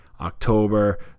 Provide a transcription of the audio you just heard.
October